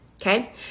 okay